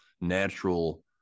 natural